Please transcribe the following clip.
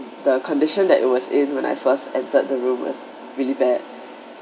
the condition that it was in when I first entered the room was really bad